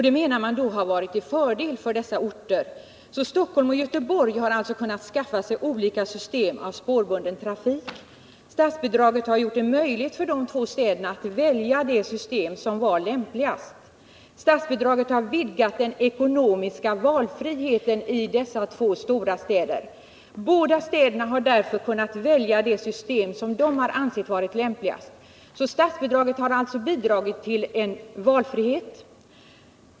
Det anser statsrådet har varit till fördel för dessa orter. Stockholm och Göteborg har kunnat skaffa sig olika system av spårbunden trafik. Statsbidraget har gjort det möjligt för dessa två städer att välja det system som var lämpligast. Statsbidraget har vidgat den ekonomiska valfriheten för dessa två stora städer. Båda städerna har därför kunnat välja det system som man ansett lämpligast.